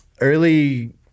early